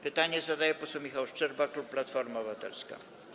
Pytanie zadaje poseł Michał Szczerba, klub Platforma Obywatelska.